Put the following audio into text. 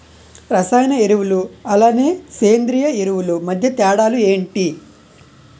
రసాయన ఎరువులు అలానే సేంద్రీయ ఎరువులు మధ్య తేడాలు ఏంటి?